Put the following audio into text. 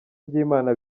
ry’imana